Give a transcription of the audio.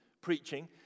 preaching